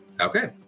Okay